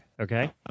Okay